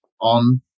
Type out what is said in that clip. on